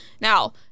Now